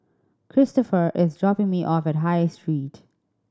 Cristofer is dropping me off at High Street